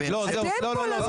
רגע סליחה, יש פה.